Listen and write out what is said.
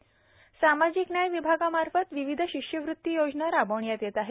महाडीबीटी सामाजिक न्याय विभागामार्फत विविध शिष्यवृत्ती योजना राबविण्यात येत आहे